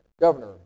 governor